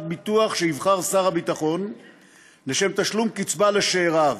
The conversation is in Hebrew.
ביטוח שיבחר שר הביטחון לשם תשלום קצבה לשאיריו,